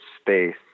space